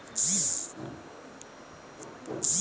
ইউরোপে এক রকমের উদ্ভিদ এবং ফুল হচ্ছে পেরিউইঙ্কেল